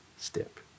Step